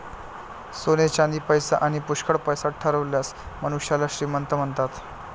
सोने चांदी, पैसा आणी पुष्कळ पैसा ठेवलेल्या मनुष्याला श्रीमंत म्हणतात